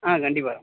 ஆ கண்டிப்பாக